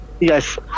Yes